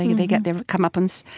they get their comeuppance,